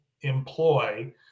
employ